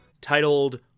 titled